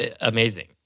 Amazing